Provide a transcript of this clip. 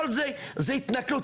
כל זה, זה התנכלות.